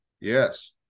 Yes